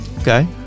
okay